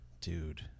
Dude